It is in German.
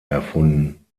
erfunden